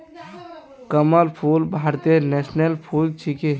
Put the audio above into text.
कमल फूल भारतेर नेशनल फुल छिके